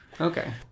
Okay